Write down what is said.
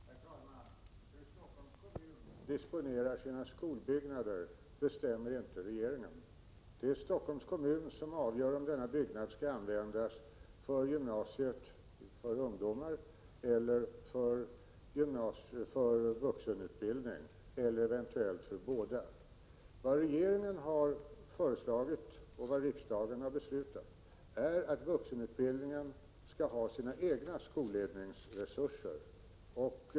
Prot. 1987/88:51 Herr talman! Hur Stockholms kommun disponerar sina skolbyggnader = 14 januari 1988 bestämmer inte regeringen. Det är Stockholms kommun som avgör om Om kostnadsutveck denna byggnad skall användas till gymnasium för ungdomar eller gymnasium i i Göldondinan för vuxenutbildning, eller eventuellt till båda. ingen i Gotlandstrafiken Vad regeringen har föreslagit och vad riksdagen har beslutat är att vuxenutbildningen skall ha sina egna skolledningsresurser.